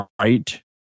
right